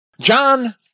John